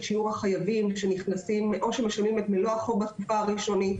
שיעור החייבים שמשלמים את מלוא החוב בתקופה הראשונית,